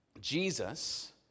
Jesus